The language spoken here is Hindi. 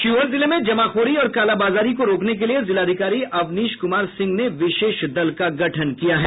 शिवहर जिले में जमाखोरी और कालाबाजारी को रोकने के लिये जिलाधिकारी अवनीश कुमार सिंह ने विशेष दल का गठन किया है